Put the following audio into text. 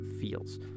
feels